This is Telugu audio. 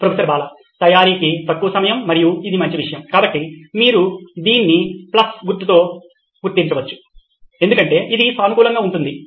ప్రొఫెసర్ బాలా తయారీకి తక్కువ సమయం మరియు ఇది మంచి విషయం కాబట్టి మీరు దీన్ని ప్లస్ తో గుర్తించవచ్చు ఎందుకంటే ఇది సానుకూలంగా ఉంటుంది